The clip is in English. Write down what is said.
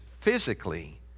physically